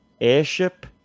airship